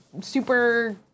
super